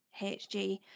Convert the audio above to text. HG